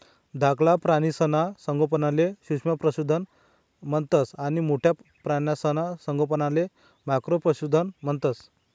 धाकला प्राणीसना संगोपनले सूक्ष्म पशुधन म्हणतंस आणि मोठ्ठा प्राणीसना संगोपनले मॅक्रो पशुधन म्हणतंस